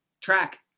track